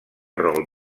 rol